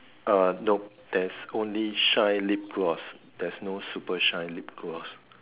uh nope there's only shine lip gloss there's no super shine lip gloss